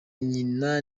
nyina